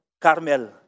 Carmel